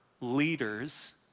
leaders